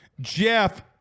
Jeff